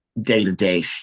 day-to-day